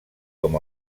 com